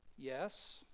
Yes